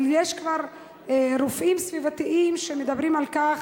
אבל יש כבר רופאים סביבתיים שמדברים על כך